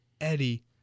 Eddie